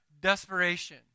desperation